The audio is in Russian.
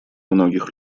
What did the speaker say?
многих